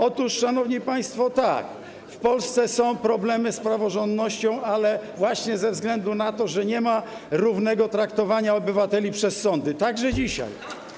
Otóż, szanowni państwo, tak, w Polsce są problemy z praworządnością, ale właśnie ze względu na to, że nie ma równego traktowania obywateli przez sądy, także dzisiaj.